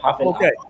Okay